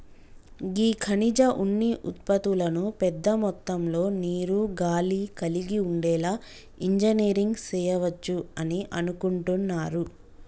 గీ ఖనిజ ఉన్ని ఉత్పతులను పెద్ద మొత్తంలో నీరు, గాలి కలిగి ఉండేలా ఇంజనీరింగ్ సెయవచ్చు అని అనుకుంటున్నారు